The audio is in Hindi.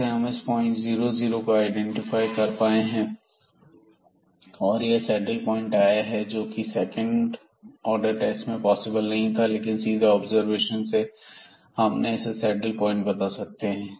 फिर से हम इस पॉइंट 00 को आईडेंटिफाई कर पाए हैं और यह सैडल पॉइंट आया है जोकि सेकंड ऑर्डर टेस्ट में पॉसिबल नहीं था लेकिन सीधे ऑब्जर्व ेशन से हम इसे सैडल पॉइंट बता सकते हैं